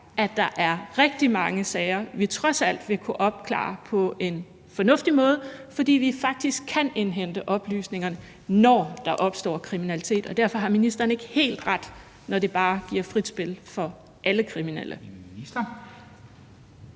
at der er rigtig mange sager, vi trods alt vil kunne opklare på en fornuftig måde, fordi vi faktisk kan indhente oplysningerne, når der opstår kriminalitet? Og derfor har ministeren ikke helt ret i, at det bare giver frit spil for alle kriminelle.